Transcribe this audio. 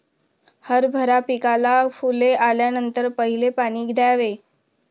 हरभरा पिकाला फुले आल्यानंतर पहिले पाणी द्यावे